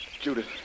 Judith